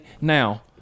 now